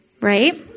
right